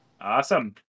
Awesome